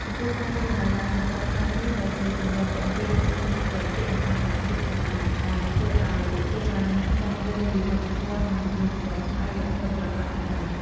ចំពោះការលេងល្បែងឡើងសសរខ្លាញ់នេះក៏ជាចំណុចទាក់ទាញភ្ញៀវទេសចរជាតិ និងអន្តរជាតិផងដែរ ដែលធ្វើឱ្យពួកគេបានស្វែងយល់ពីវប្បធម៌ និងទំនៀមទម្លាប់ខ្មែរយ៉ាងពិតប្រាកដផងដែរ។